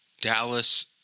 Dallas